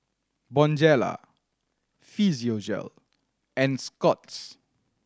Bonjela Physiogel and Scott's